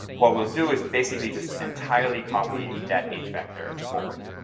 what we'll do is basically just entirely copy that h vector forward.